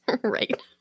Right